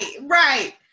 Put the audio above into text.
Right